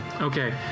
Okay